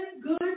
good